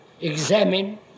examine